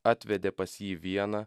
atvedė pas jį vieną